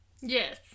Yes